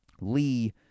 Lee